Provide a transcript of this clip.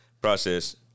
process